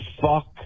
Fuck